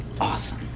awesome